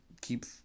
keep